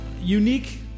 unique